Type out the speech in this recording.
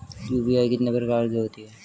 UPI कितने प्रकार की होती हैं?